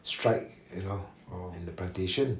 strike you know in the plantation